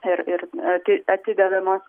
ir ir ati atidedamos